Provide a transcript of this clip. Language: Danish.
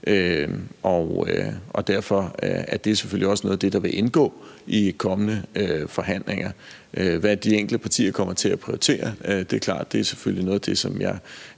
til det. Det er selvfølgelig også noget af det, der vil indgå i de kommende forhandlinger. Hvad de enkelte partier kommer til at prioritere, er selvfølgelig noget af det, som jeg